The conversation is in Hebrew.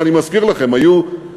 ואני מזכיר לכם: היו,